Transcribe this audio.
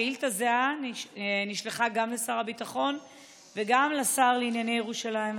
שאילתה זהה נשלחה גם לשר הביטחון וגם לשר לענייני ירושלים ומורשת.